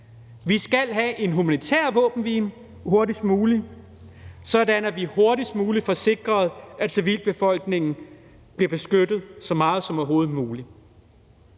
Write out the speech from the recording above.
Vi skal have en humanitær våbenhvile hurtigst muligt, sådan at vi hurtigst muligt får sikret, at civilbefolkningen bliver beskyttet så meget som overhovedet muligt.